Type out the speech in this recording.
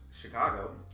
Chicago